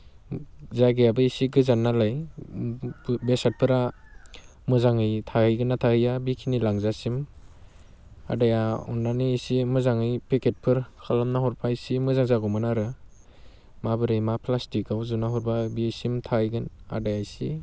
जायगायाबो इसे गोजान नालाय बेसादफोरा मोजाङै थाहैगोन ना थाहैया बेखिनि लांजासिम आदाया अननानै इसे मोजाङै पेकेटफोर खालामना हरबा इसे मोजां जागौमोन आरो माबोरै मा फ्लास्टिकाव जुनानै हरबा बेसिम थाहैगोन आदाया इसे